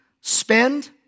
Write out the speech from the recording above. spend